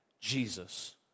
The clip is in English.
Jesus